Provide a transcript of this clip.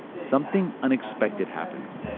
something unexpected happens